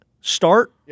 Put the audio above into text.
start